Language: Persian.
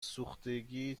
سوختگی